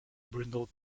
brindle